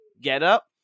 get-up